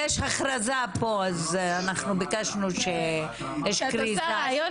אני רוצה לשאול שאלה,